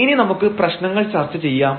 ഇനി നമുക്ക് പ്രശ്നങ്ങൾ ചർച്ച ചെയ്യാം